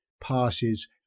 passes